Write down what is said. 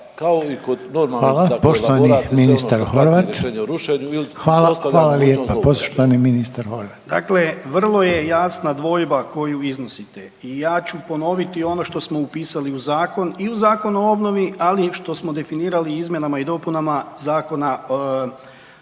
Hvala, poštovani ministar Horvat. **Horvat, Darko (HDZ)** Dakle, vrlo je jasna dvojba koju iznosite i ja ću ponoviti ono što smo upisali u Zakon, i u Zakon o obnovi, ali što smo definirali izmjenama i dopunama Zakona